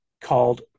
called